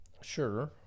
Sure